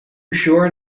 sure